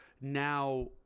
now